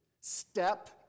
step